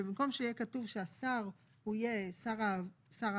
שבמקום שיהיה כתוב שהשר הוא יהיה שר העבודה,